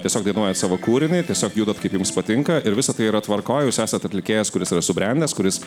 tiesiog dainuojat savo kūrinį tiesiog judat kaip jums patinka ir visa tai yra tvarkoj jūs esat atlikėjas kuris yra subrendęs kuris